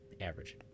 Average